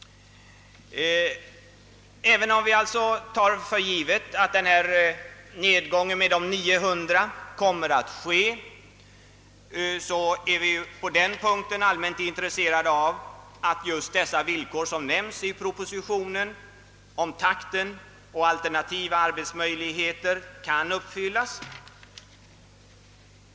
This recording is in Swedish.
även om vi alltså tar för givet att denna nedgång med 900 kommer att ske, är vi på den punkten allmänt intresserade av att just de villkor som nämns i propositionen om takten och alternativa arbetsmöjligheter kan uppfyllas.